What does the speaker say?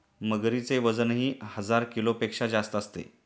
मगरीचे वजनही हजार किलोपेक्षा जास्त असते